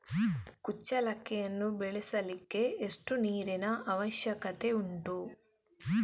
ಕುಚ್ಚಲಕ್ಕಿಯನ್ನು ಬೆಳೆಸಲಿಕ್ಕೆ ಎಷ್ಟು ನೀರಿನ ಅವಶ್ಯಕತೆ ಉಂಟು?